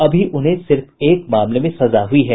अभी उन्हें सिर्फ एक मामले में सजा हुयी है